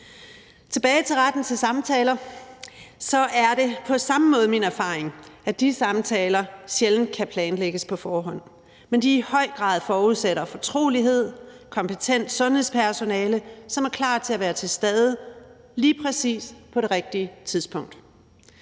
Tilbage til retten til samtaler vil jeg sige, at det på samme måde er min erfaring, at de samtaler sjældent kan planlægges på forhånd, men at de i høj grad forudsætter fortrolighed og kompetent sundhedspersonale, som er klar til at være til stede lige præcis på det rigtige tidspunkt.